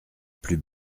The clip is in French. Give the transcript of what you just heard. plus